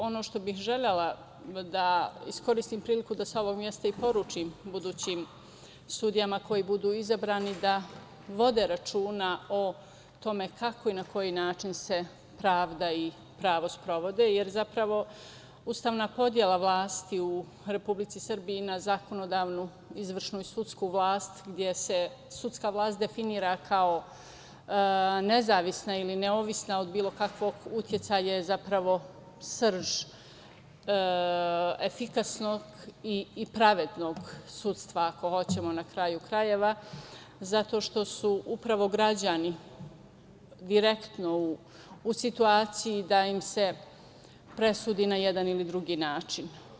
Ono što bih želela je da iskoristim priliku i da sa ovog mesta poručim budućim sudijama koje budu izabrane, da vode računa o tome kako i na koji način se pravda i pravo sprovode, jer ustavna podela vlasti u Republici Srbiji na zakonodavnu, izvršnu i sudsku vlast, gde se sudska vlast definiše kao nezavisna ili neovisna od bilo kakvog uticaja je srž efikasnog i pravednog sudstva, ako hoćemo na kraju krajeva, zato što su upravo građani direktno u situaciji da im se presudi na jedan ili drugi način.